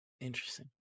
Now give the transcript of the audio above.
Interesting